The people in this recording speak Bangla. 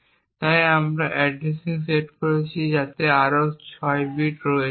এবং তাই আমরা অ্যাড্রেসিং সেট করেছি যাতে আরও 6 বিট রয়েছে